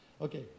Okay